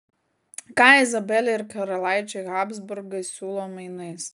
ką izabelei ir karalaičiui habsburgai siūlo mainais